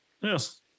Yes